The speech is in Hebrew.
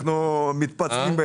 אנחנו מתפצלים.